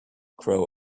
crow